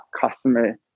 customer